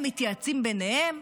הם מתייעצים ביניהם,